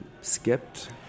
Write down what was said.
skipped